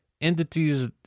entities